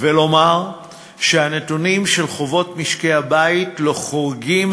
ולומר שהנתונים על חובות משקי-הבית לא חורגים